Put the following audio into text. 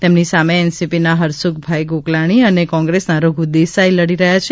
તેમની સામે એનસીપીના હરસુભાઈ ગોકલાણી અને કોંગ્રેસના રધુ દેસાઈ લડી રહ્યા છે